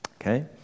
Okay